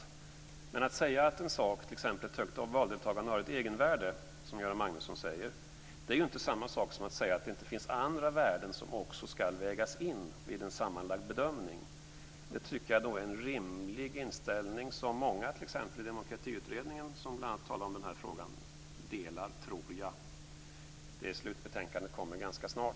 Men om man som Göran Magnusson säger att en sak, t.ex. högt valdeltagande, har ett egenvärde är inte det samma sak som att säga att det inte finns andra värden som också ska vägas in vid en sammanlagd bedömning. Jag tycker att det är en rimlig inställning som jag tror att många t.ex. i Demokratiutredningen, som bl.a. talar om denna fråga, delar. Utredningens slutbetänkande kommer ganska snart.